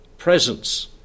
presence